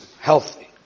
Healthy